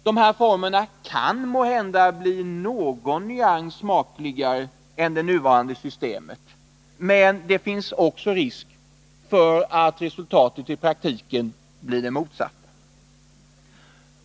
Dessa kan måhända bli något smakligare än det nuvarande systemet, men det finns också risk för att resultatet i praktiken blir det motsatta.